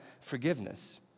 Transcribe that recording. forgiveness